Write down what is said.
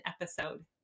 episode